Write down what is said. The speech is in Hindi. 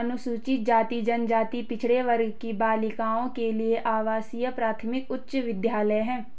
अनुसूचित जाति जनजाति पिछड़े वर्ग की बालिकाओं के लिए आवासीय प्राथमिक उच्च विद्यालय है